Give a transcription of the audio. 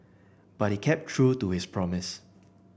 but he kept true to his promise